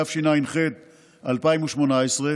התשע"ח 2018,